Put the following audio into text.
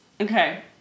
okay